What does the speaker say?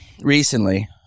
recently